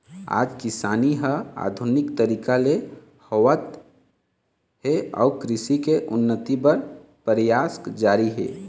आज किसानी ह आधुनिक तरीका ले होवत हे अउ कृषि के उन्नति बर परयास जारी हे